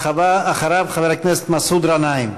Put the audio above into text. ואחריו, חבר הכנסת מסעוד גנאים.